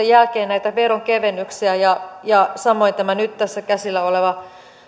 jälkeen näitä veronkevennyksiä ja ja samoin tämä nyt tässä käsillä oleva